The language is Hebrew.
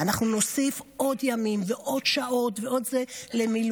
אנחנו נוסיף עוד ימים ועוד שעות למילואימניקים.